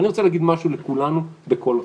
אני רוצה להגיד משהו לכולנו בקול רם.